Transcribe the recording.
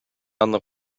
аны